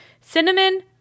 Cinnamon